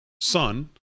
son